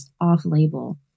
off-label